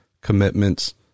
commitments